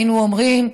היינו אומרים: